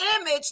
image